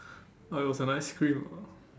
uh it was an ice cream ah